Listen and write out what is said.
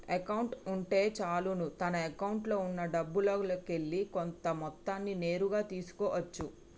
account ఉంటే చాలును తన అకౌంట్లో ఉన్నా డబ్బుల్లోకెల్లి కొంత మొత్తాన్ని నేరుగా తీసుకో అచ్చు